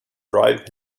drive